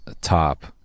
top